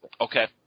Okay